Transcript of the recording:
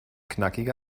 knackige